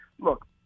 look